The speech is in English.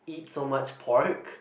eat so much pork